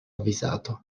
avvisato